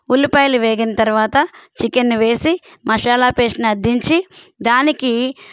ఉల్లిపాయలు వేగిన తరవాత చికెన్ను వేసి మసాలా పేస్ట్ను అద్దించి దానికి